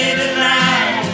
tonight